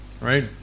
right